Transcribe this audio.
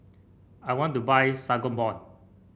I want to buy Sangobion